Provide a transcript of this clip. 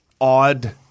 odd